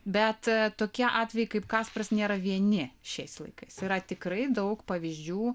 bet tokie atvejai kaip kasparas nėra vieni šiais laikais yra tikrai daug pavyzdžių